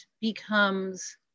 becomes